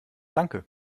danke